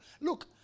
Look